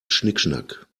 schnickschnack